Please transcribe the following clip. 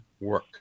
work